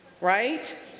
right